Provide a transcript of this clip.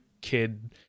kid